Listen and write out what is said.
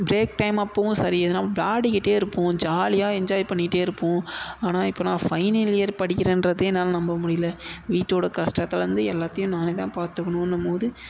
break time அப்போவும் சரி எதுனா விளாடிக்கிட்டே இருப்போம் ஜாலியாக என்ஜாய் பண்ணிட்டே இருப்போம் ஆனால் இப்போ நான் ஃபைனல் இயர் படிக்கிறன்றதே என்னால் நம்ப முடியலை வீட்டோடய கஷ்டத்துலேருந்து எல்லாத்தையும் நானே தான் பார்த்துக்கணுன்னும் போது